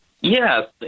Yes